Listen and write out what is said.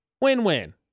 Win-win